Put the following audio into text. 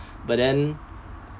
but then